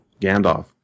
Gandalf